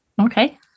Okay